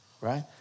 Right